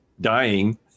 dying